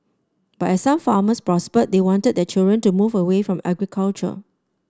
but as some farmers prospered they wanted their children to move away from agriculture